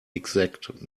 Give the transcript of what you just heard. exact